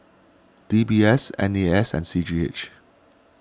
D B S N A S and C G H